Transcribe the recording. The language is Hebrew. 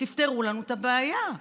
שתפתרו לנו את הבעיה?